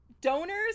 Donors